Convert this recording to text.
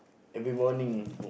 every morning